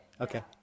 Okay